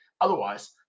Otherwise